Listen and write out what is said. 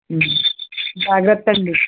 జాగ్రత్తండి